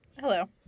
Hello